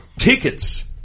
Tickets